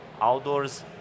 Outdoors